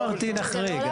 לא אמרתי להחריג,